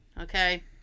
Okay